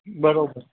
बराबरि